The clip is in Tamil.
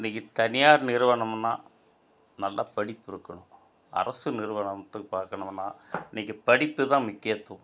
இன்றைக்கி தனியார் நிறுவனம்னால் நல்லா படிப்பு இருக்கணும் அரசு நிறுவனத்துக்கு பார்க்கணுன்னா இன்றைக்கி படிப்பு தான் முக்கியத்துவம்